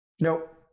Nope